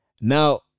Now